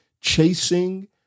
chasing